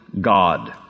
God